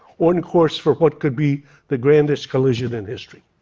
on course for what could be the grandest collision in history.